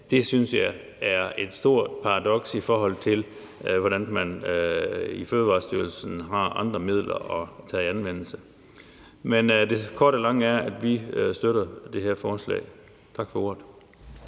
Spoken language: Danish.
Det synes jeg er et stort paradoks, i forhold til hvordan man i Fødevarestyrelsen har andre midler at tage i anvendelse. Det korte af det lange er, at vi støtter det her forslag. Tak for ordet.